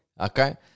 okay